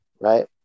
Right